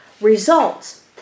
results